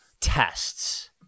tests